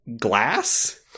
glass